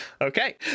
Okay